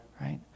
right